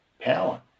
power